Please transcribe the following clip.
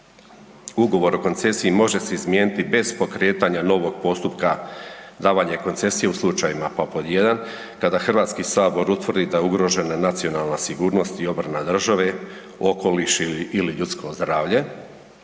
ugovor o koncesiji može se izmijeniti bez pokretanja novog postupka davanja koncesija u slučajevima, pa pod 1. kada HS utvrdi da je ugrožena nacionalna sigurnost i obrana države, okoliš ili ljudsko zdravlje,